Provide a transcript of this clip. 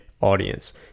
audience